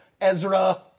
Ezra